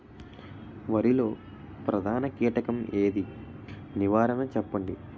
వరిలో ప్రధాన కీటకం ఏది? నివారణ చెప్పండి?